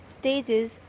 stages